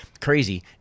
crazy